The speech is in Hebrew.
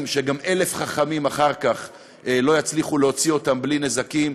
שגם אלף חכמים אחר כך לא יצליחו להוציא אותן בלי נזקים.